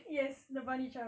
yes the bunny chow